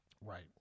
Right